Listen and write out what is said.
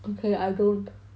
okay I don't